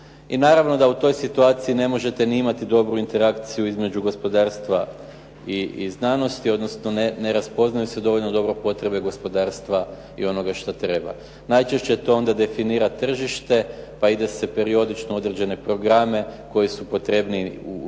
I naravno da u toj situaciji ne možete niti imati dobru interakciju između gospodarstva i znanosti, odnosno ne raspoznaju se dovoljno dobro potrebe gospodarstva i onoga što treba. Najčešće to onda definira tržište pa ide se periodično u određene programe koji su potrebniji